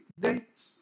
dates